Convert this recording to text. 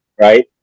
Right